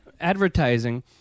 advertising